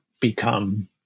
become